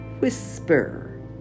whisper